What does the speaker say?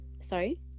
sorry